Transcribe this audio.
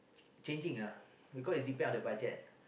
changing ah because is depend on the budget